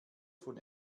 von